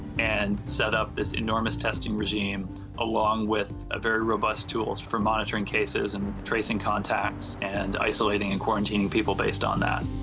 and set up this enormous testing regime along with ah very robust tools for monitoring cases and tracing contacts and isolating and quarantining people based on that.